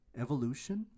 evolution